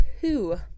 two